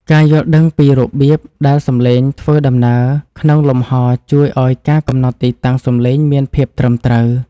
ការយល់ដឹងពីរបៀបដែលសំឡេងធ្វើដំណើរក្នុងលំហជួយឱ្យការកំណត់ទីតាំងសំឡេងមានភាពត្រឹមត្រូវ។